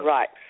Right